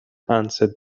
answered